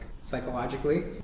psychologically